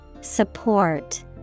support